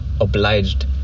Obliged